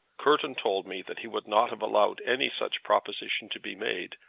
courton told me that he would not have allowed any such proposition to be made,